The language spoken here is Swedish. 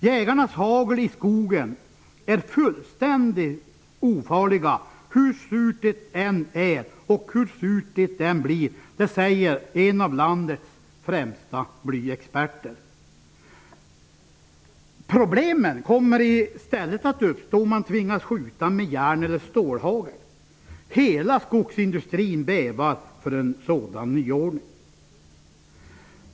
Jägarnas hagel i skogen är fullständigt ofarliga hur surt det än är och hur surt det än blir -- det säger en av landets främsta blyexperter. Problem kommer däremot att uppstå om man tvingas skjuta med järn eller stålhagel. Hela skogsindustrin bävar för en sådan nyordning.